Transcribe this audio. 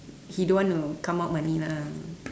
he don't want to come out money lah